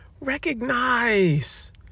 Recognize